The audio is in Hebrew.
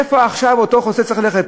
לאן עכשיו אותו חסוי צריך ללכת,